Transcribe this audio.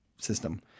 system